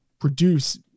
produce